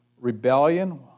rebellion